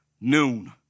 noon